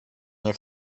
nie